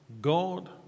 God